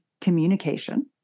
communication